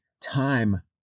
time